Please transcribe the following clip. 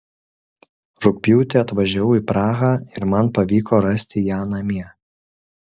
rugpjūtį atvažiavau į prahą ir man pavyko rasti ją namie